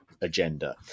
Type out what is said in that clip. agenda